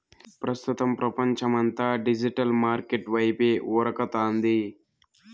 ప్రస్తుతం పపంచమంతా digital market వైపే ఉరకతాంది